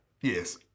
Yes